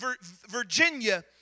Virginia